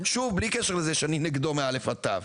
שוב בלי קשר לזה שאני נגדו מא' עד ת'.